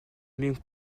même